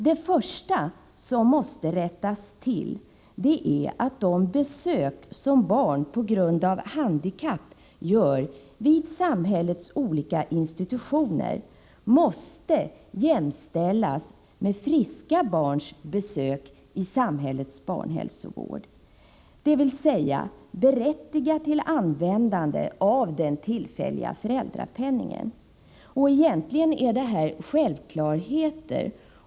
Det första som måste rättas till är att de besök som barn på grund av handikapp gör vid samhällets olika institutioner måste jämställas med friska barns besök i samhällets barnhälsovård, dvs. berättiga till användande av den tillfälliga föräldrapenningen. Egentligen är detta självklarheter.